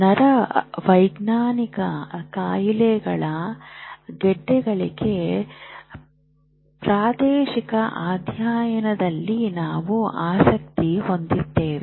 ನರವೈಜ್ಞಾನಿಕ ಕಾಯಿಲೆಗಳ ಗೆಡ್ಡೆಗಳಿಗೆ ಪ್ರಾದೇಶಿಕ ಅಧ್ಯಯನದಲ್ಲಿ ನಾವು ಆಸಕ್ತಿ ಹೊಂದಿದ್ದೇವೆ